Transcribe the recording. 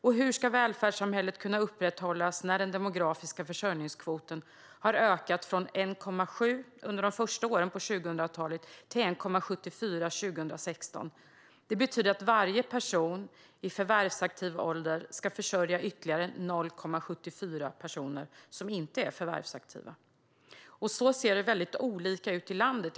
Och hur ska välfärdssamhället kunna upprätthållas när den demografiska försörjningskvoten har ökat från 1,7 under de första åren på 2000-talet till 1,74 år 2016? Detta betyder att varje person i förvärvsaktiv ålder ska försörja ytterligare 0,74 personer som inte är förvärvsaktiva. Det ser väldigt olika ut i landet.